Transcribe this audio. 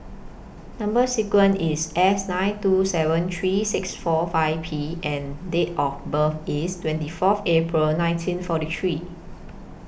Number sequence IS S nine two seven three six four five P and Date of birth IS twenty Fourth April nineteen forty three